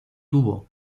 tuvo